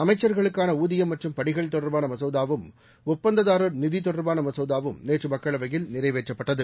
அமைச்சர்களுக்கான ஊதியம் மற்றும் படிகள் தொடர்பான மசோதாவும் ஒப்பந்நததாரர் நிதி தொடர்பான மசோதாவும் நேற்று மக்களவையில் நிறைவேற்றப்பட்டது